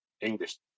English